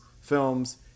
films